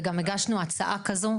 וגם הגשנו הצעה כזו,